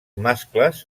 mascles